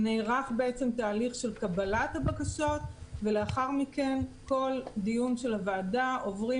נערך תהליך של קבלת הבקשות ולאחר מכן כל דיון של הוועדה עוברים